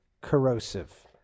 corrosive